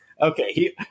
Okay